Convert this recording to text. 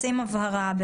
הבהרה,